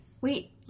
Wait